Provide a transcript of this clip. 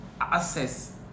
access